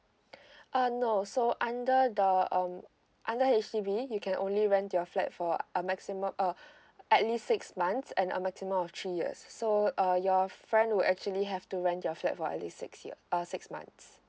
uh no so under the um under H_D_B you can only rent your flat for a maximum uh at least six months and a maximum of three years so uh your friend would actually have to rent your flat for at least six year uh six months